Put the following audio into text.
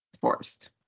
forced